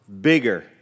bigger